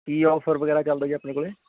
ਕੀ offer ਵਗੈਰਾ ਚਲ ਰਹੀ ਹੈ ਆਪਣੇ ਕੋਲ